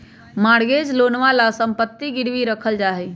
mortgage लोनवा ला सम्पत्ति गिरवी रखल जाहई